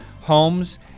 homes